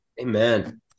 Amen